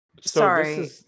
Sorry